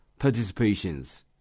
participations